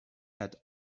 had